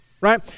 right